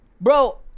Bro